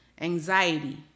anxiety